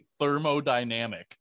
thermodynamic